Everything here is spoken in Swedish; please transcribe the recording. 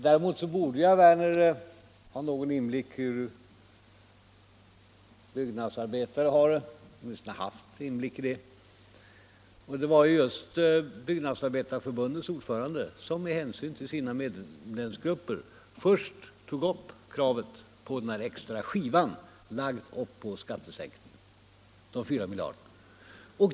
Däremot borde herr Werner ha någon inblick i hur byggnadsarbetare har det, han borde åtminstone ha haft inblick i det, och det var just Byggnadsarbetareförbundets ordförande som med hänsyn till sina medlemsgrupper först tog upp kravet på den extra ”skivan” lagd ovanpå skattesänkningen, de 4 miljarderna.